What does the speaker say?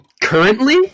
Currently